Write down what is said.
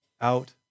out